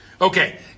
Okay